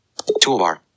toolbar